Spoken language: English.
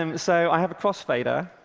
um so i have a crossfader,